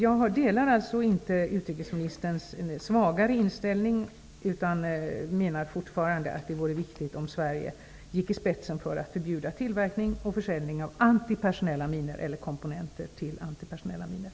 Jag delar alltså inte utrikesministerns svagare inställning, utan menar fortfarande att det är viktigt att Sverige går i spetsen för ett förbud mot tillverkning och försäljning av antipersonella minor eller komponenter till antipersonella minor.